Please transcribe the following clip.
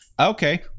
Okay